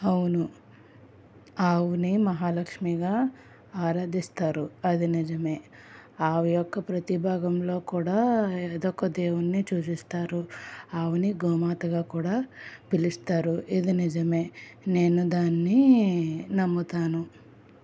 అవును ఆవుని మహాలక్ష్మిగా ఆరాధిస్తారు అది నిజమే ఆవు యొక్క ప్రతిభాగంలో కూడా ఏదో ఒక దేవుణ్న్ని సూచిస్తారు ఆవుని గోమాతగా కూడా పిలుస్తారు ఇది నిజమే నేను దాన్ని నమ్ముతాను